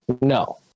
No